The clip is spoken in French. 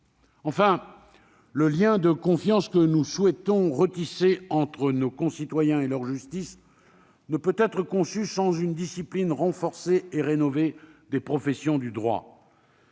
Enfin, le lien de confiance que nous souhaitons retisser entre nos concitoyens et leur justice ne peut être conçu sans une discipline renforcée et rénovée des professions du droit,